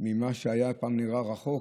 ממה שהיה נראה פעם רחוק,